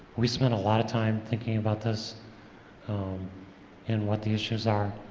we spend a lot of time thinking about this um and what the issues are.